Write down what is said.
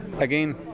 Again